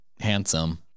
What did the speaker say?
Handsome